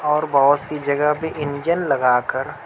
اور بہت سی جگہ پہ انجن لگا کر